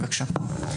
בבקשה.